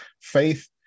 faith